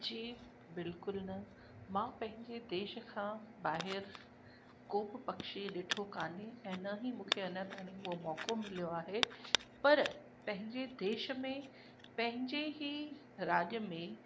जी बिल्कुल न मां पंहिंजे देश खां ॿाहिरि को बि पक्षी ॾिठो कोन्हे ऐं न ई मूंखे अञा ताईं उहो मौक़ो मिलियो आहे पर पंहिंजे देश में पंहिंजे ई राज्य में